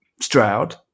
Stroud